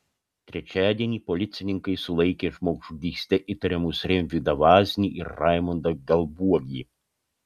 trečiadienį policininkai sulaikė žmogžudyste įtariamus rimvydą vaznį ir raimondą galbuogį